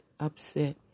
upset